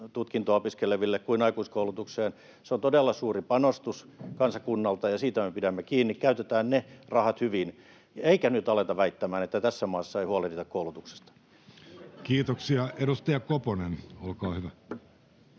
ensitutkintoa opiskeleville kuin aikuiskoulutukseen. Se on todella suuri panostus kansakunnalta, ja siitä me pidämme kiinni. Käytetään ne rahat hyvin, eikä nyt aleta väittämään, että tässä maassa ei huolehdita koulutuksesta. [Naurua vasemmalta] Kiitoksia. — Edustaja Koponen, olkaa hyvä.